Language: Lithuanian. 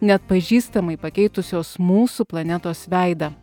neatpažįstamai pakeitusios mūsų planetos veidą